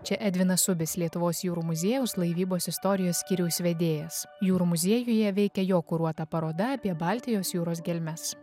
čia edvinas ubis lietuvos jūrų muziejaus laivybos istorijos skyriaus vedėjas jūrų muziejuje veikia jo kuruota paroda apie baltijos jūros gelmes